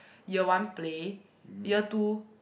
year one play year two